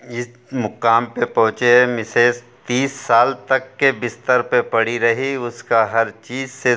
इस मुकाम पे पहुँचे हैं मिसेज़ तीस साल तक के बिस्तर पर पड़ी रही उसका हर चीज़ से